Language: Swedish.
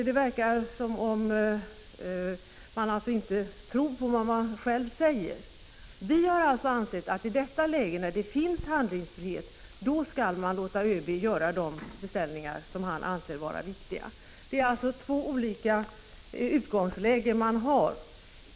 Det verkar som om man inte tror på vad man själv säger. Vi har ansett att i det läge där det finns handlingsfrihet skall man låta ÖB göra de beställningar som han anser vara viktiga. Det är alltså fråga om två olika utgångslägen.